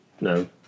No